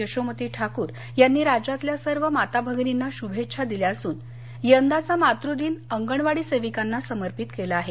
यशोमती ठाकूर यांनी राज्यातल्या सर्व माता भगिनींना शुभेच्छा दिल्या असून यंदाचा मातृदिन अंगणवाडी सेविकांना समर्पित केला आहे